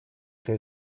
que